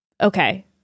Okay